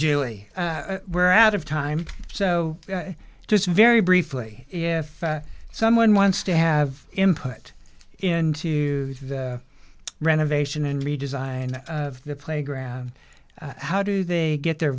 julie we're out of time so just very briefly if someone wants to have input into the renovation and redesign of the playground how do they get their